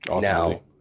Now